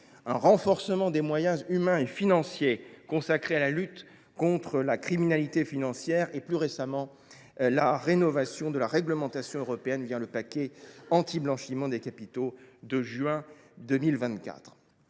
le renforcement des moyens humains et financiers consacrés à la lutte contre la criminalité financière, et, plus récemment, la rénovation de la réglementation européenne le paquet de lutte contre le blanchiment des capitaux publié en juin 2024.